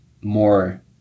more